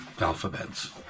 alphabets